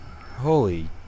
Holy